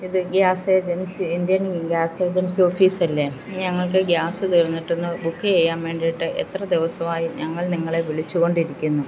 ഇത് gas agency Indian gas agency ഓഫീസല്ലെ ഞങ്ങൾക്ക് ഗ്യാസ് തീർന്നിട്ടിന്ന് ബുക്ക് ചെയ്യാൻ വേണ്ടിയിട്ട് എത്ര ദിവസമായി ഞങ്ങൾ നിങ്ങളെ വിളിച്ചു കൊണ്ടിരിക്കുന്നു